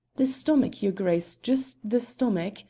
the stomach, your grace just the stomach,